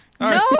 No